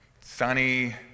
sunny